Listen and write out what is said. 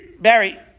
Barry